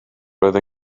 roedd